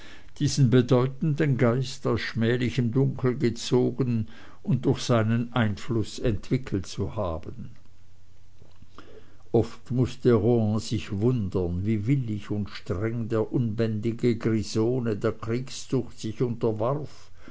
diesen bedeutenden geist aus schmählichem dunkel gezogen und durch seinen einfluß entwickelt zu haben oft mußte rohan sich wundern wie willig und streng der unbändige grisone der kriegszucht sich unterwarf